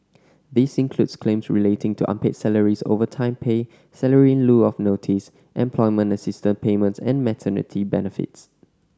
this includes claims relating to unpaid salaries overtime pay salary in lieu of notice employment assistance payments and maternity benefits